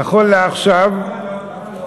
נכון לעכשיו, למה לא?